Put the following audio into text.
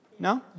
No